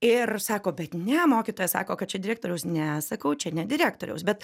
ir sako bet ne mokytoja sako kad čia direktoriaus ne sakau čia ne direktoriaus bet